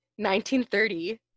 1930